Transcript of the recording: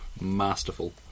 Masterful